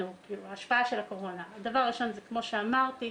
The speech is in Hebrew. הדבר הראשון, כמו שאמרתי,